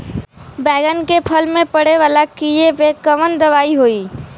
बैगन के फल में पड़े वाला कियेपे कवन दवाई होई?